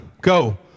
go